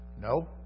No